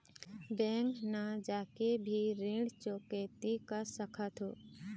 Bank न जाके भी ऋण चुकैती कर सकथों?